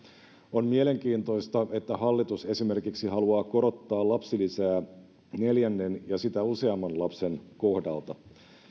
on mielenkiintoista että hallitus esimerkiksi haluaa korottaa lapsilisää neljännen ja sitä useamman lapsen kohdalta